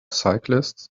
cyclists